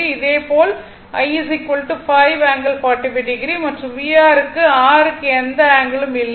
இதேபோல் I 5 ∠45o மற்றும் VR R க்கு எந்த ஆங்கிளும் இல்லை